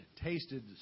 tasted